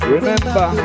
Remember